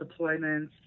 deployments